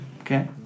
Okay